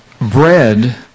bread